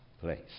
place